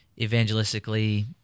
evangelistically